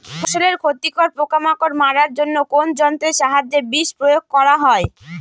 ফসলের ক্ষতিকর পোকামাকড় মারার জন্য কোন যন্ত্রের সাহায্যে বিষ প্রয়োগ করা হয়?